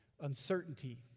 uncertainty